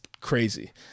crazy